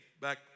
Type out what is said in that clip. back